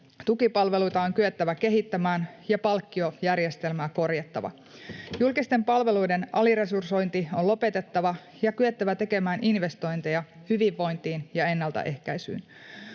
tukipalveluita on kyettävä kehittämään ja palkkiojärjestelmää korjattava. Julkisten palveluiden aliresursointi on lopetettava ja kyettävä tekemään investointeja hyvinvointiin ja ennaltaehkäisyyn.